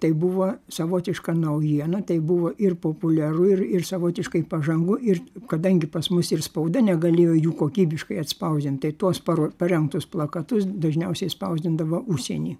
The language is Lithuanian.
tai buvo savotiška naujiena tai buvo ir populiaru ir ir savotiškai pažangu ir kadangi pas mus ir spauda negalėjo jų kokybiškai atspausdint tai tuos paro parengtus plakatus dažniausiai spausdindavo užsieny